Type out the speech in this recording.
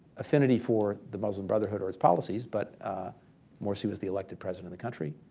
affinity for the muslim brotherhood or its policies. but morsi was the elected president of the country.